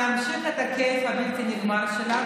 אני אמשיך את הכיף הבלתי-נגמר שלנו,